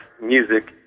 music